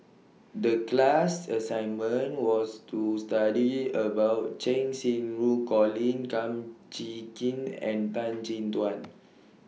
The class assignment was to study about Cheng Xinru Colin Kum Chee Kin and Tan Chin Tuan